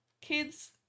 kids